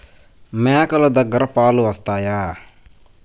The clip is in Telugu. మేక లు దగ్గర పాలు వస్తాయా?